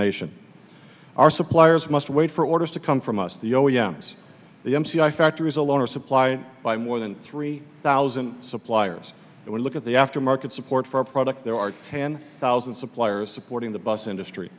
nation are suppliers must wait for orders to come from us the o e m s the m c i factories alone are supplied by more than three thousand suppliers and we look at the aftermarket support for a product there are ten thousand suppliers supporting the bus industry